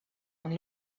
and